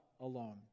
alone